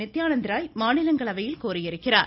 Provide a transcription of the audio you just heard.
நித்யானந்த் ராய் மாநிலங்களவையில் கூறியிருக்கிறார்